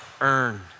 earn